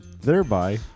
Thereby